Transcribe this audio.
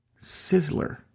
Sizzler